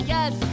Yes